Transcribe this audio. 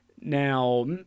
Now